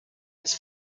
its